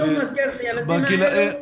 מסגרת, הילדים האלה --- נכון.